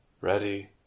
ready